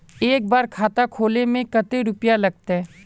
एक बार खाता खोले में कते रुपया लगते?